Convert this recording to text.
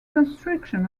construction